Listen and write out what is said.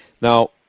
Now